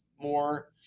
more